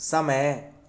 समय